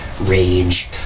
rage